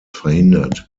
verhindert